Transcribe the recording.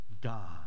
God